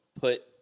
put